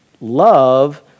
love